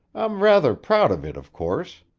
i'm rather proud of it, of course.